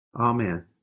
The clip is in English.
Amen